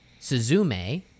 Suzume